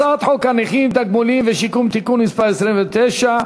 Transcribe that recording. הצעת חוק הנכים (תגמולים ושיקום) (תיקון מס' 27),